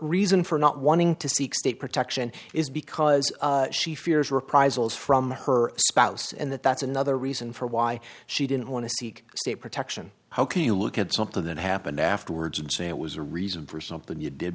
reason for not wanting to seek state protection is because she fears reprisals from her spouse and that that's another reason for why she didn't want to seek state protection how can you look at something that happened afterwards and say it was a reason for something you did